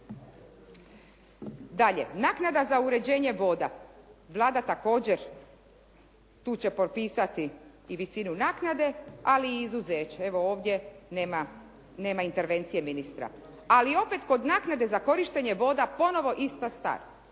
naknada za uređenje voda, Vlada također tu će propisati i visinu naknade ali i izuzeće. Evo, ovdje nema intervencije ministra, ali opet kod naknade za korištenje voda ponovno ista stvar.